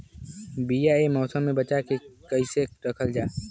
बीया ए मौसम में बचा के कइसे रखल जा?